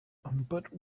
but